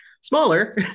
smaller